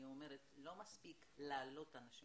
אני אומרת שלא מספיק להעלות אנשים